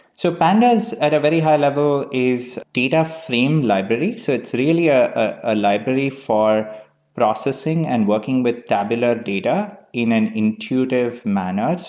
so pandas at a very high-level is data frame library so it's really a ah library for processing and working with tabular data in an intuitive manner.